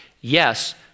yes